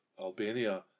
Albania